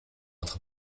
notre